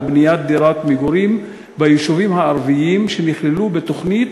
לבנייה של דירת מגורים ביישובים הערביים שנכללו בתוכנית,